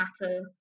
Matter